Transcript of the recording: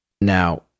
Now